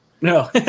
No